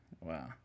Wow